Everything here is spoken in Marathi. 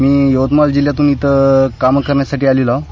मी यवतमाळ जिल्ह्यातून इथं काम करण्यासाठी आलेलो आहोत